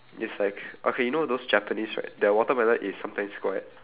is like okay you know those japanese right their watermelon is sometimes square